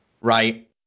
Right